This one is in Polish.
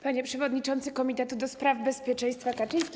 Panie Przewodniczący Komitetu do Spraw Bezpieczeństwa Kaczyński!